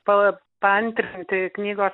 pa paantrinti knygos